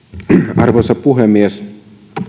arvoisa puhemies